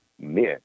men